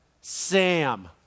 Sam